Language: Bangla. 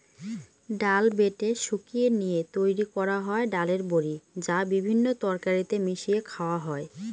ডাল বেটে শুকিয়ে নিয়ে তৈরি করা হয় ডালের বড়ি, যা বিভিন্ন তরকারিতে মিশিয়ে খাওয়া হয়